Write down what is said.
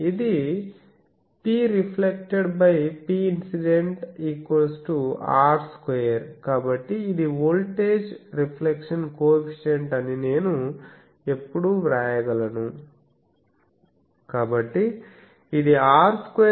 ఇది Preflected Pincident I г I2 కాబట్టి ఇది వోల్టేజ్ రిఫ్లెక్షన్ కో ఎఫిషియంట్ అని నేను ఎప్పుడూ వ్రాయగలను